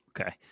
okay